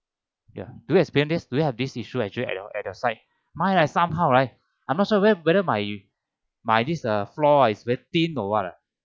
ya do you experience this do you have this issue actually at your at your site mine right somehow right I'm not sure whether my my this err my this floor uh is very thin or what uh